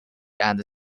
and